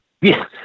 Yes